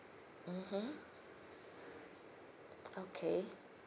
mmhmm okay